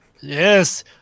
Yes